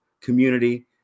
community